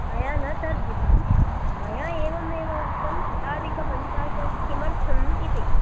मया न तर्जितं मया एवम् एव उक्तम् शताधिकपञ्चाशत् किमर्थम् इति